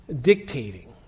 dictating